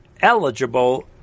eligible